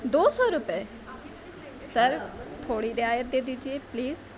دو سو روپئے سر تھوڑی رعایت دے دیجئے پلیز